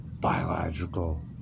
biological